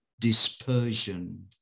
dispersion